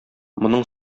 моның